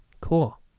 Cool